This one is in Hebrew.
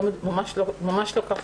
זה ממש לא ככה.